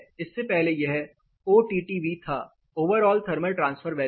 इससे पहले यह ओटीटीवी था ओवरऑल थर्मल ट्रांसफर वैल्यू